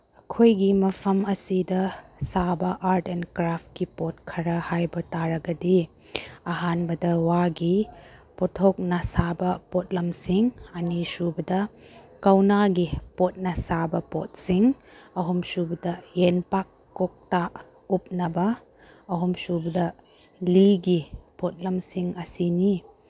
ꯑꯩꯈꯣꯏꯒꯤ ꯃꯐꯝ ꯑꯁꯤꯗ ꯁꯥꯕ ꯑꯥꯔꯠ ꯑꯦꯟ ꯀ꯭ꯔꯥꯐꯀꯤ ꯄꯣꯠ ꯈꯔ ꯍꯥꯏꯕ ꯇꯥꯔꯒꯗꯤ ꯑꯍꯥꯟꯕꯗ ꯋꯥꯒꯤ ꯄꯣꯊꯣꯛꯅ ꯁꯥꯕ ꯄꯣꯠꯂꯝꯁꯤꯡ ꯑꯅꯤꯁꯨꯕꯗ ꯀꯧꯅꯥꯒꯤ ꯄꯣꯠꯅ ꯁꯥꯕ ꯄꯣꯠꯁꯤꯡ ꯑꯍꯨꯝꯁꯨꯕꯗ ꯌꯦꯝꯄꯥꯛ ꯀꯣꯛꯇ ꯀꯨꯞꯅꯕ ꯑꯍꯨꯝꯁꯨꯕꯗ ꯂꯤꯒꯤ ꯄꯣꯠꯂꯝꯁꯤꯡ ꯑꯁꯤꯅꯤ